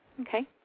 Okay